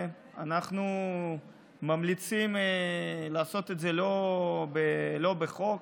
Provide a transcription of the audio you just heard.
אנחנו ממליצים לעשות את זה לא בחוק